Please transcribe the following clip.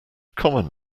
common